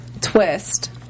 twist